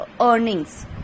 earnings